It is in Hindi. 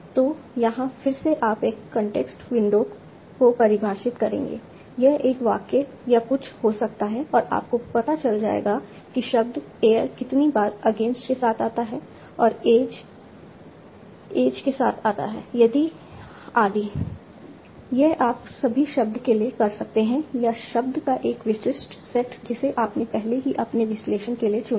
तो यहाँ फिर से आप एक कॉन्टेक्स्ट विंडो को परिभाषित करेंगे यह एक वाक्य या कुछ हो सकता है और आपको पता चल जाएगा कि शब्द एयर कितनी बार अगेंस्ट के साथ आता है और ऐज ऐज के साथ आता है आदि यह आप सभी शब्द के लिए कर सकते हैं या शब्द का एक विशिष्ट सेट जिसे आपने पहले ही अपने विश्लेषण के लिए चुना है